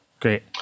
Great